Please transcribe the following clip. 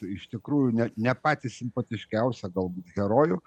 iš tikrųjų net ne patį simpatiškiausią galbūt herojų